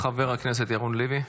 חבר הכנסת ירון לוי,